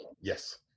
yes